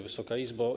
Wysoka Izbo!